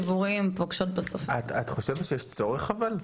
הציבוריים --- אבל את חושבת שיש כזה צורך?